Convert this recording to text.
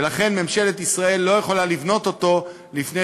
ולכן ממשלת ישראל לא יכולה לבנות אותו לפני